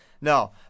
no